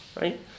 Right